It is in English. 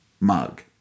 mug